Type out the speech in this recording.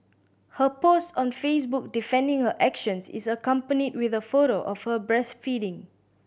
her post on Facebook defending her actions is accompanied with a photo of her breastfeeding